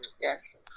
yes